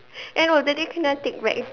end of the day they cannot take back